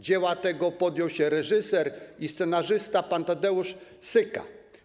Dzieła tego podjął się reżyser i scenarzysta pan Tadeusz Syka.